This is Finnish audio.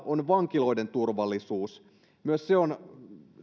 on vankiloiden turvallisuus myös se on